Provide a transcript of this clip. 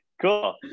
Cool